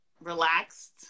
relaxed